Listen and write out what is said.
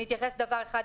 אני אתייחס לדבר אחד.